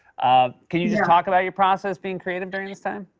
um can you just talk about your process being creative during this time?